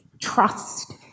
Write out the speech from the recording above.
trust